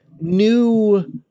new